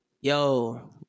Yo